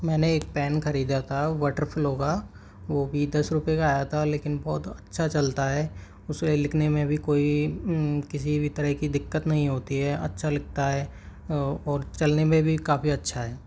मैंने एक पेन खरीदा था बटरफ्लो का वो भी दस रुपये का आया था लेकिन बहुत अच्छा चलता है उससे लिखने में भी कोई किसी भी तरह की दिक्कत नहीं होती है अच्छा लिखता है और चलने में भी काफ़ी अच्छा है